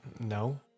No